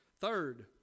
Third